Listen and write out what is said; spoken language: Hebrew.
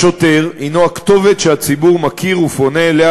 השוטר הנו הכתובת שהציבור מכיר ופונה אליה